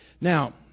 now